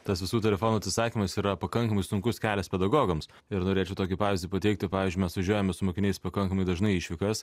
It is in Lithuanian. tas visų telefonų atsisakymas yra pakankamai sunkus kelias pedagogams ir norėčiau tokį pavyzdį pateikti pavyzdžiui mes važiuojame su mokiniais pakankamai dažnai į išvykas